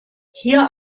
hier